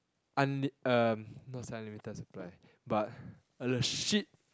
unl~ uh not say unlimited supply but a shit